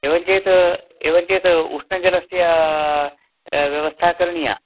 एवञ्चेत् एवञ्चेत् उष्णजलस्य व्यवस्था करणीया